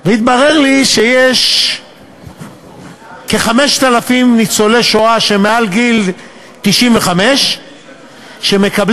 והתברר לי שיש כ-5,000 ניצולי שואה מעל גיל 95 שמקבלים